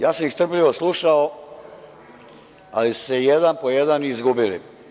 Ja sam ih strpljivo slušao, ali su se jedan po jedan izgubili.